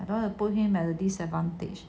I don't want to put him at a disadvantage